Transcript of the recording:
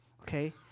okay